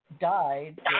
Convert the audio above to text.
died